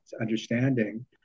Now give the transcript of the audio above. understanding